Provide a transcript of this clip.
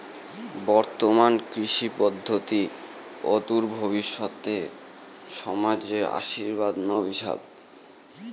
বর্তমান কৃষি পদ্ধতি অদূর ভবিষ্যতে সমাজে আশীর্বাদ না অভিশাপ?